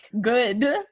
good